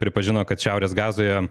pripažino kad šiaurės gazoje